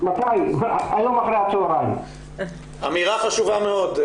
מחייב בהחלט תשובות מבתי החולים ומהרופאים הרלוונטיים.